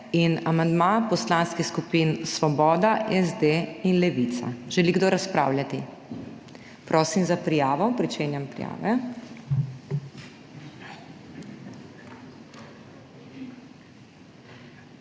in amandma poslanskih skupin Svoboda, SD in Levica. Želi kdo razpravljati? Prosim za prijavo. Pričenjam prijave.